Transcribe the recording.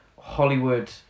Hollywood